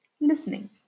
Listening